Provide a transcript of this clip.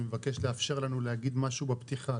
אני מבקש לאפשר לנו להגיד משהו בפתיחה,